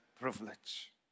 privilege